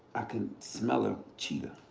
i can smell a cheater.